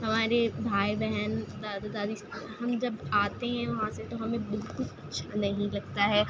ہمارے بھائی بہن دادا دادی ہم جب آتے ہیں وہاں سے تو ہميں بالكل اچّھا نہيں لگتا ہے